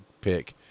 pick